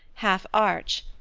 half arch,